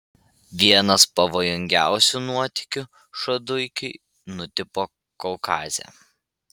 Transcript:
vienas pavojingiausių nuotykių šaduikiui nutiko kaukaze